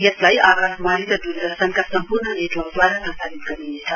यसलाई आकाशवाणी र द्रदर्शनका सम्पूर्ण नेटवर्कद्वारा प्रसारित गरिनेछ